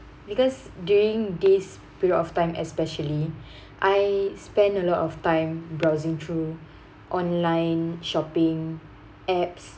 because during this period of time especially I spend a lot of time browsing through online shopping apps